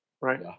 Right